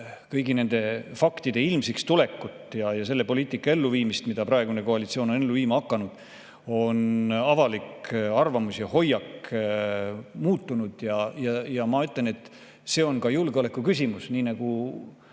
kõigi nende faktide ilmsikstulekut ja selle poliitika elluviimise algust, mida praegune koalitsioon on ellu viima hakanud, on avalik arvamus ja hoiak muutunud. See on ka julgeolekuküsimus. Nagu